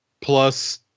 plus